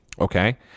okay